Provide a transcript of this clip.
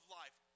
life